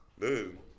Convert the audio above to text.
Dude